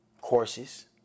courses